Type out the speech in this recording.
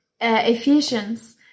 ephesians